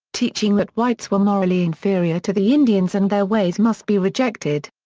teaching that whites were morally inferior to the indians and their ways must be rejected.